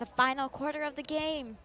the final quarter of the game